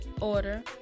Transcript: order